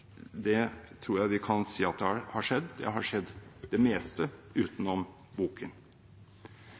det tror jeg vi kan si at har skjedd – det har skjedd det meste utenom boken.